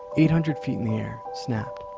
eight hundred feet in the air, snapped.